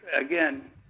again